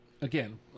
again